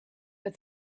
but